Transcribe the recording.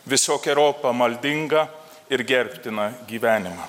visokeriopą maldingą ir gerbtiną gyvenimą